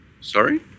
Sorry